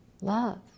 love